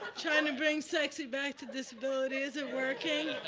trying to bring sexy back to disability. is it working?